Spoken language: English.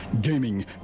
gaming